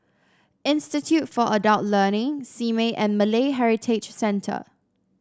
Institute for Adult Learning Simei and Malay Heritage Center